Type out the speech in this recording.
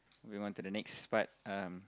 moving on to the next part um